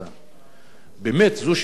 באמת, זו שאלה שצריך להשיב עליה.